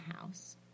house